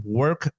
work